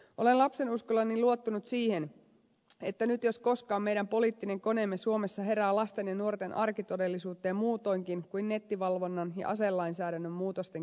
olen lapsenuskollani luottanut siihen että nyt jos koskaan meidän poliittinen koneemme suomessa herää lasten ja nuorten arkitodellisuuteen muutoinkin kuin nettivalvonnan ja aselainsäädännön muutosten keinoin